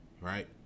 right